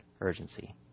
urgency